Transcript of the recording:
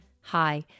Hi